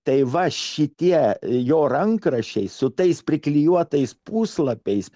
tai va šitie jo rankraščiai su tais priklijuotais puslapiais